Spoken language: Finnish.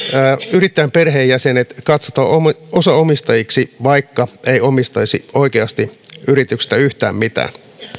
yrittäjän perheenjäsenet katsotaan osaomistajiksi vaikka he eivät omistaisi oikeasti yrityksestä yhtään mitään